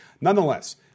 Nonetheless